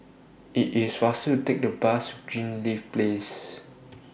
IS IT faster to Take The Bus to Greenleaf Place